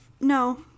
no